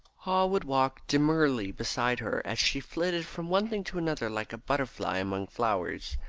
haw would walk demurely beside her as she flitted from one thing to another like a butterfly among flowers,